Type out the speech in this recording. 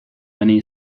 many